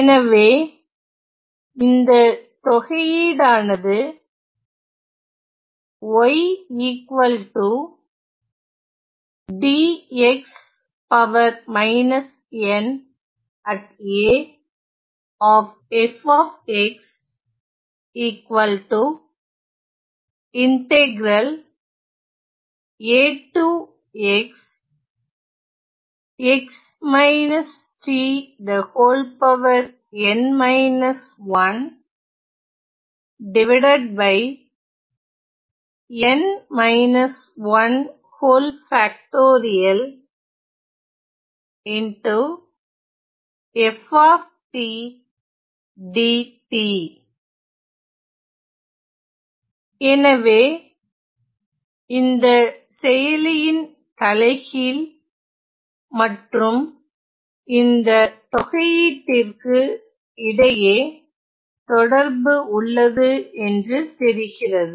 எனவே இந்த தொகையீடானது எனவே இந்த செயலியின் தலைகீழ் மற்றும் இந்த தொகையீட்டிற்கு இடையே தொடர்பு உள்ளது என்று தெரிகிறது